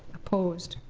opposed?